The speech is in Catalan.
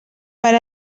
per